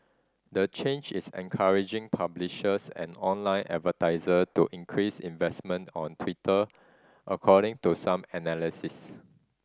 the change is encouraging publishers and online advertiser to increase investment on Twitter according to some analysis